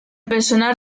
personal